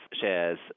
shares